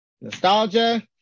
nostalgia